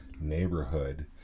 neighborhood